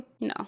no